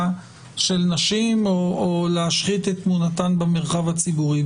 של נשים או להשחית את תמונתן במרחב הציבורי,